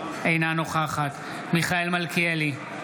אינה נוכחת מיכאל מלכיאלי,